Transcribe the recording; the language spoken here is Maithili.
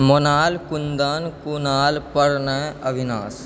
मोनाल कुन्दन कुणाल प्रणय अविनाश